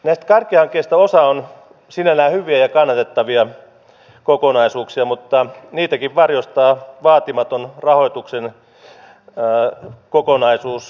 näistä kärkihankkeista osa on sinällään hyviä ja kannatettavia kokonaisuuksia mutta niitäkin varjostaa vaatimaton rahoituksen kokonaisuus